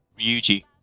Ryuji